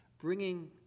bringing